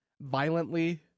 violently